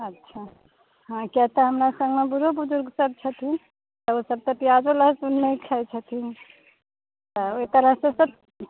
अच्छा हँ किआ तऽ हमरा सङ्गमे बुजुर्ग बुजुर्गसभ छथिन ओसभ तऽ प्याजो लहसुन नहि खाइत छथिन तऽ ओहि तरहसँ सभ